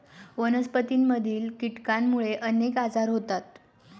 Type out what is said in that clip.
वनस्पतींमधील कीटकांमुळे अनेक आजार होतात